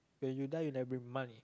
when you die you never bring money